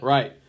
Right